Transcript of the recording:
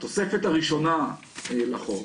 התוספת הראשונה לחוק,